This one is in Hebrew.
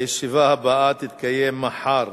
הישיבה הבאה תתקיים מחר,